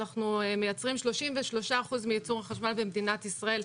אנחנו מייצרים 33% מייצור החשמל במדינת ישראל,